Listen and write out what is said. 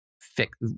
fix